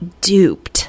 duped